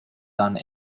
done